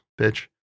bitch